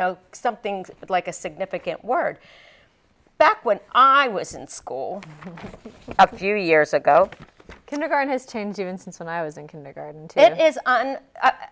know something like a significant word back when i was in school up a few years ago kindergarten has turned to instance when i was in kindergarten it is on